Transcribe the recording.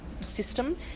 system